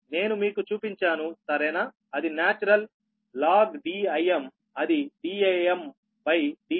నేను మీకు చూపించాను సరేనా అది నాచురల్ log Dim అది Dim బై Dkm ఇన్ని వోల్ట్ లు సరేనా